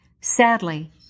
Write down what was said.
Sadly